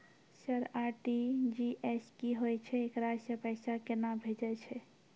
Sir RTGS की होय छै, एकरा से पैसा केना भेजै छै?